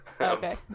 Okay